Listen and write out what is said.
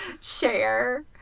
share